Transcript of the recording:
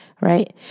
right